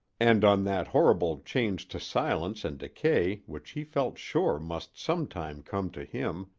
and on that horrible change to silence and decay which he felt sure must some time come to him,